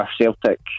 Celtic